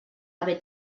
haver